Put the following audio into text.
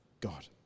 God